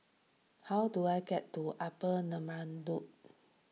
how do I get to Upper Neram Road